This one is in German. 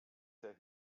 sehr